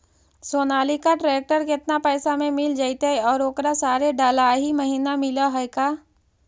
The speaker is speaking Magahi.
सोनालिका ट्रेक्टर केतना पैसा में मिल जइतै और ओकरा सारे डलाहि महिना मिलअ है का?